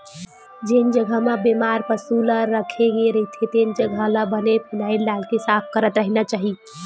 जेन जघा म बेमार पसु ल राखे गे रहिथे तेन जघा ल बने फिनाईल डालके साफ करत रहिना चाही